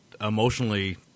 emotionally